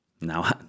Now